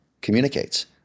communicates